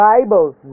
Bibles